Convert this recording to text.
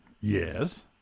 Yes